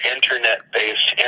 Internet-based